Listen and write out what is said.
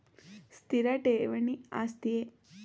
ಸ್ಥಿರ ಠೇವಣಿ ಆಸ್ತಿಯೇ?